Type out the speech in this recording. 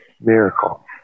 miracle